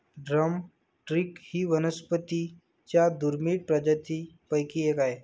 drum stick ही वनस्पतीं च्या दुर्मिळ प्रजातींपैकी एक आहे